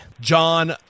John